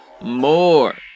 more